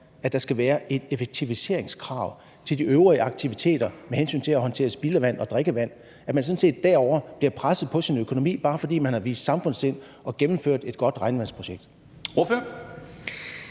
at der skal være et effektiviseringskrav til de øvrige aktiviteter med hensyn til at håndtere spildevand og drikkevand, i forhold til at man sådan set derovre bliver presset på sin økonomi, bare fordi man har vist samfundssind og gennemført et godt regnvandsprojekt? Kl.